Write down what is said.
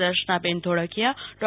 દર્શનાબેન Dholakia ડો